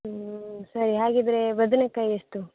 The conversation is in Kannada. ಹ್ಞೂ ಸರಿ ಹಾಗಿದ್ದರೆ ಬದನೇಕಾಯಿ ಎಷ್ಟು